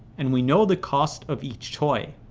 and we know the cost of each toy.